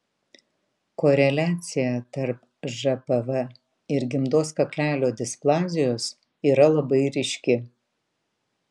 koreliacija tarp žpv ir gimdos kaklelio displazijos yra labai ryški